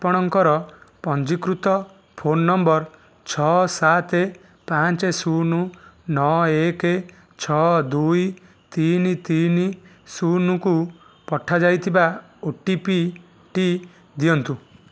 ଆପଣଙ୍କର ପଞ୍ଜୀକୃତ phone number ଛଅ ସାତ ପାଞ୍ଚ ଶୂନ ନଅ ଏକ ଛଅ ଦୁଇ ତିନି ତିନି ଶୂନକୁ ପଠାଯାଇଥିବା ଓଟିପିଟି ଦିଅନ୍ତୁ